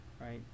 right